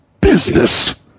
Business